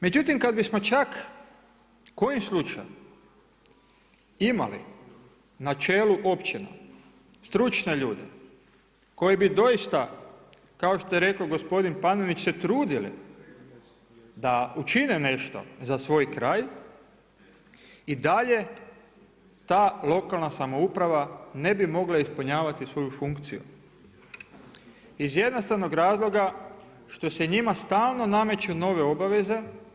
Međutim kada bismo čak kojim slučajem imali na čelu općina stručne ljude koji bi doista, kao što je rekao gospodin Panenić se trudili, da učine nešto za svoj kraj i dalje ta lokalna samouprava ne bi mogla ispunjavati svoju funkciju iz jednostavnog razloga što se njima stalno nameću nove obaveze.